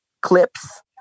clips